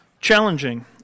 challenging